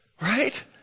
Right